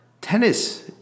tennis